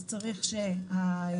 אז צריך שהגבייה,